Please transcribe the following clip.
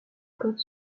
côtes